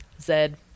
Zed